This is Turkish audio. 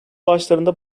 başlarında